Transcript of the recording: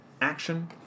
action